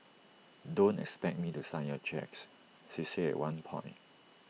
don't expect me to sign your cheques she said at one point